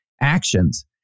actions